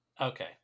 Okay